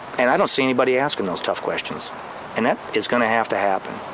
and i don't see anybody asking those tough questions and that is going to have to happen.